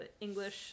English